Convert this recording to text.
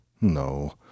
no